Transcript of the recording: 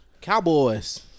Cowboys